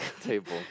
table